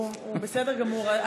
הוא בסדר גמור.